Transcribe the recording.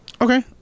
Okay